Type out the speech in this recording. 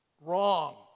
Wrong